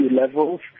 levels